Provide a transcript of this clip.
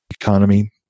economy